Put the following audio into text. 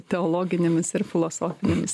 teologinėmis ir filosofinėmis